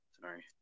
Sorry